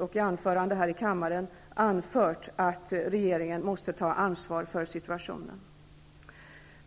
och anföranden här i kammaren anfört att regeringen måste ta ansvaret för situationen.